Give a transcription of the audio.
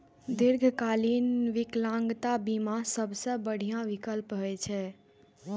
दीर्घकालीन विकलांगता बीमा सबसं बढ़िया विकल्प होइ छै